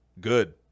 good